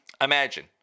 Imagine